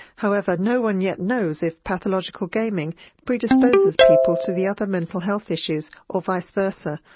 however, no-one yet knows if pathological gaming predisposes people to the other mental health issues or vice versa,